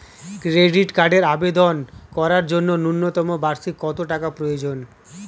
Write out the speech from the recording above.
Credit কার্ডের আবেদন করার জন্য ন্যূনতম বার্ষিক কত টাকা প্রয়োজন?